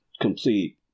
complete